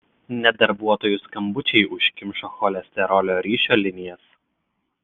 net darbuotojų skambučiai užkimšo cholesterolio ryšio linijas